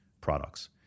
products